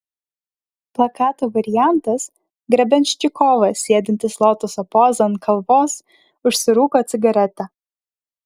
plakato variantas grebenščikovas sėdintis lotoso poza ant kalvos užsirūko cigaretę